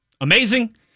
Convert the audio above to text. amazing